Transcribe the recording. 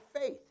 faith